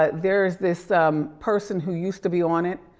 ah there's this person who used to be on it,